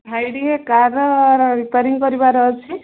ଭାଇ ଟିକେ କାର୍ର ରିପ୍ୟାରିଂ କରିବାର ଅଛି